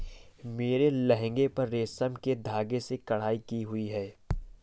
मेरे लहंगे पर रेशम के धागे से कढ़ाई की हुई है